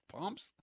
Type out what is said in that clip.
Pumps